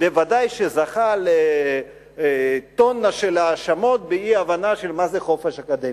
וודאי שזכה לטונה של האשמות באי-הבנה של מה זה חופש אקדמי.